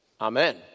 Amen